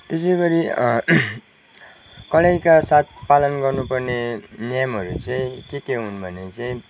त्यसैगरी कडाइका साथ पालन गर्नुपर्ने नियमहरू चाहिँ के के हुन् भने चाहिँ